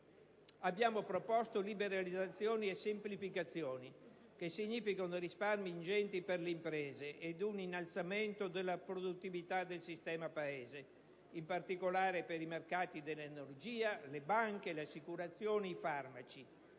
abbiamo proposto liberalizzazioni e semplificazioni, che significano risparmi ingenti per le imprese ed innalzamento della produttività del sistema Paese, in particolare per i mercati dell'energia, le banche, le assicurazioni, i farmaci.